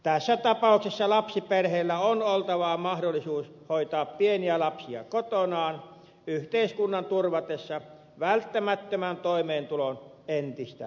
tässä tapauksessa lapsiperheellä on oltava mahdollisuus hoitaa pieniä lapsia kotonaan yhteiskunnan turvatessa välttämättömän toimeentulon entistä paremmin